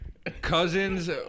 Cousins